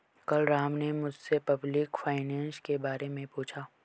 कल राम ने मुझसे पब्लिक फाइनेंस के बारे मे पूछा